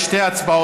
יש שתי הצבעות.